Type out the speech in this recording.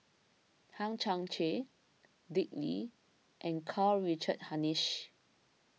Hang Chang Chieh Dick Lee and Karl Richard Hanitsch